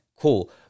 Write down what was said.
Cool